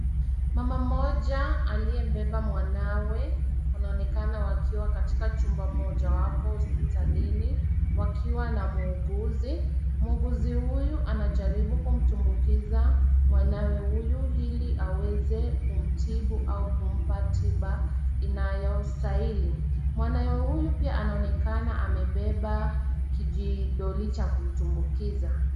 Mama mmoja aliyebeba mwanawe wanaonekana wakiwa katika chumba moja. Wapo hospitalini wakiwa na muuguzi. Muuguzi huyu anajaribu kumtumbukiza mwanawe huyu ili aweze kumtibu au kumpa tiba inayostahili. Mwanawe huyu pia anaonekana amebeba kijidoli cha kumtumbukiza.